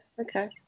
okay